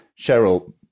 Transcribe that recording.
Cheryl